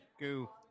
Go